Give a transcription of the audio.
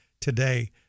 today